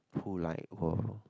who like